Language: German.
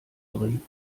drin